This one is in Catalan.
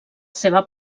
seva